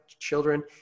children